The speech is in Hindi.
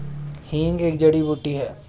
हींग एक जड़ी बूटी है